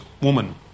woman